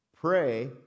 Pray